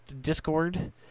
Discord